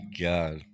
God